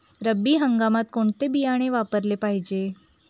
रब्बी हंगामात कोणते बियाणे वापरले पाहिजे?